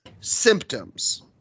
symptoms